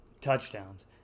touchdowns